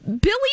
Billy